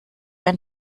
ein